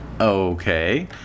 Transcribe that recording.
Okay